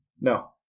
No